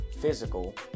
physical